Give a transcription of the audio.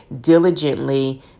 diligently